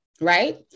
right